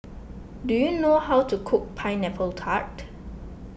do you know how to cook Pineapple Tart